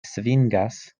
svingas